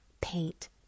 paint